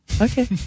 Okay